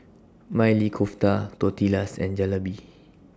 Maili Kofta Tortillas and Jalebi